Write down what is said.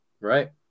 Right